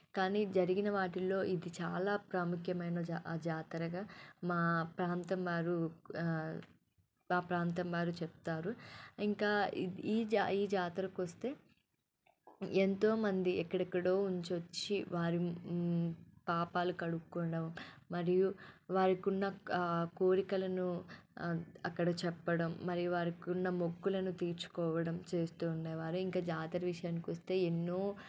కానీ జరిగిన వాటిల్లో ఇది చాలా ప్రాముఖ్యమైన జా జాతరగా మా ప్రాంతం వారు మా ప్రాంతం వారు చెప్తారు ఇంకా ఈ ఈ జాతరకి వస్తే ఎంతోమంది ఎక్కడెక్కడో నుంచి వచ్చి వారి పాపాలు కడుక్కోవడం మరియు వారికున్న కోరికలను అక్కడ చెప్పడం మరియు వారికున్న మొక్కులను తీర్చుకోవడం చేస్తూ ఉండేవారు ఇంక జాతర విషయానికి వస్తే ఎన్నో